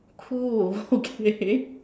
cool okay